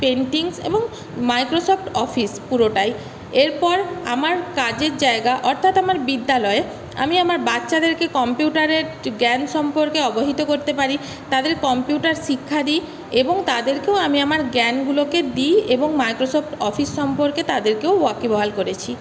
paintings এবং Microsoft Office পুরোটাই এরপর আমার কাজের জায়গা অর্থাৎ আমার বিদ্যালয়ে আমি আমার বাচ্চাদেরকে কম্পিউটারের জ্ঞান সম্পর্কে অবহিত করতে পারি তাদের কম্পিউটার শিক্ষা দিই এবং তাদেরকেও আমি আমার জ্ঞানগুলোকে দিই এবং মাইক্রোসফট অফিস সম্পর্কে তাদেরকেও ওয়াকিবহাল করেছি